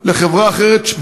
לחברה אחרת,